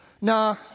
Nah